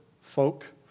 folk